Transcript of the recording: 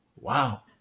Wow